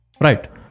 Right